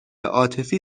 عاطفی